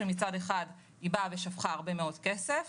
כאשר מצד אחד היא שפכה הרבה מאוד כסף,